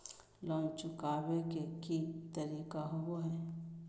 Loan चुकाबे के की तरीका होबो हइ?